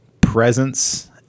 presence